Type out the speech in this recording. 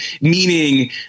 meaning